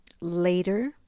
later